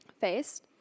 faced